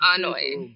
Annoying